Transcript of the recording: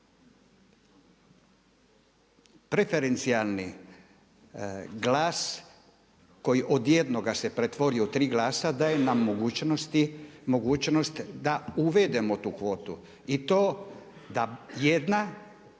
preferencijalni glas koji od jednoga se pretvorio u tri glasa daje nam mogućnost da uvedemo tu kvotu i to da jedan